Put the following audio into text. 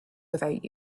without